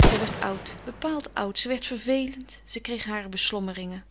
zij werd oud bepaald oud ze werd vervelend ze kreeg hare beslommeringen